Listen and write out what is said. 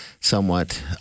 somewhat